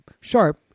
sharp